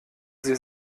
sie